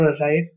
right